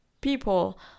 people